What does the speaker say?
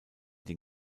den